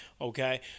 Okay